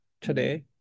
today